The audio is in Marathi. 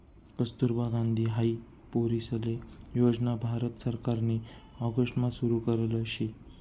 कस्तुरबा गांधी हाई पोरीसले योजना भारत सरकारनी ऑगस्ट मा सुरु करेल शे